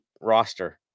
roster